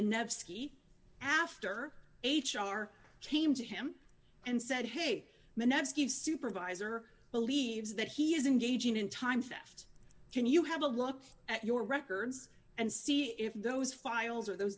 nevsky after h r came to him and said hey man that's give supervisor believes that he is engaging in times that ft can you have a look at your records and see if those files are those